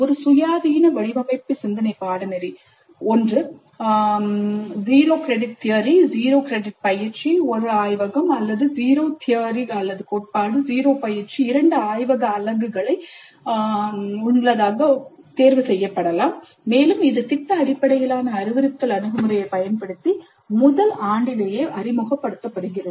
ஒரு சுயாதீன வடிவமைப்பு சிந்தனை பாடநெறி 0 தியரி 0 பயிற்சி 1 ஆய்வகம் அல்லது 0 கோட்பாடு 0 பயிற்சி 2 ஆய்வக அலகுகள் தேர்வு செய்யப்படலாம் மேலும் இது திட்ட அடிப்படையிலான அறிவுறுத்தல் அணுகுமுறையைப் பயன்படுத்தி முதல் ஆண்டிலேயே அறிமுகப்படுத்தப்படுகிறது